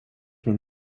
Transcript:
min